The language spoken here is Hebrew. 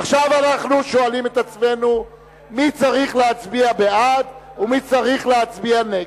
עכשיו אנחנו שואלים את עצמנו מי צריך להצביע בעד ומי צריך להצביע נגד.